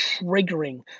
triggering